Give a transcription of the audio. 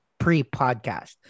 pre-podcast